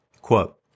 Quote